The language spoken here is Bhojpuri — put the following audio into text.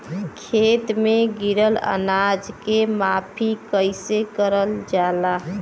खेत में गिरल अनाज के माफ़ी कईसे करल जाला?